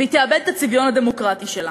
והיא תאבד את הצביון הדמוקרטי שלה.